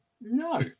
No